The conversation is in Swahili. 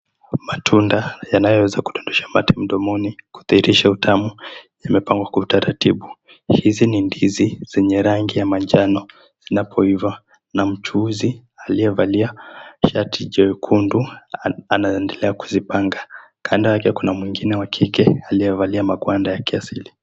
Matunda yanayoweza kudondosha mate mdomoni kudhihirisha utamu zimepangwa kwa utaratibu. Hizi ni ndizi zenye rangi ya manjano zinapoiva na mchuuzi aliyevalia shati jekundu anaendelea kuzipanga, kando yake kuna mwengine wa kike aliyevalia magwanda ya kiasili.